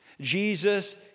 Jesus